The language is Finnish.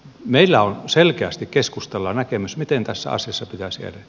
meillä on selkeästi keskustalla näkemys miten tässä asiassa pitäisi edetä